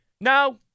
no